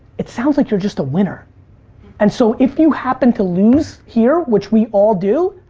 it sounds like you're just a winner and so if you happen to lose here, which we all do,